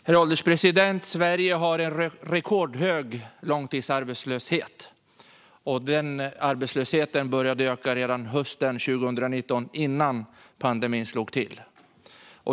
Herr ålderspresident! Sverige har rekordhög långtidsarbetslöshet. Den arbetslösheten började öka redan hösten 2019, innan pandemin slog till.